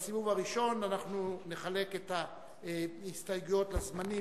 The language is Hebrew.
בסיבוב הראשון אנחנו נחלק את ההסתייגויות לזמנים,